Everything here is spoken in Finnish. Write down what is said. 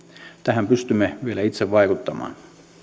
tähän pystymme vielä itse vaikuttamaan